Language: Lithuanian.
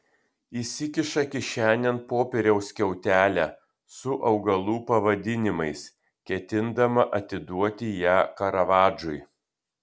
įsikiša kišenėn popieriaus skiautelę su augalų pavadinimais ketindama atiduoti ją karavadžui